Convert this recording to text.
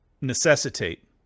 necessitate